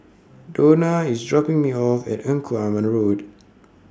Dona IS dropping Me off At Engku Aman Road